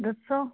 ਦੱਸੋ